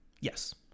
Yes